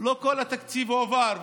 לא כל התקציב הועבר,